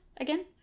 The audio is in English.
again